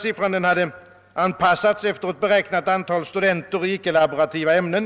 Siffran hade bestämts efter ett beräknat antal studerande i icke-laborativa ämnen